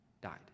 died